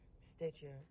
Stitcher